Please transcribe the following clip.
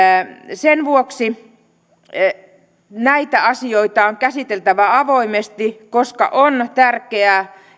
sen vuoksi näitä asioita on käsiteltävä avoimesti koska on tärkeää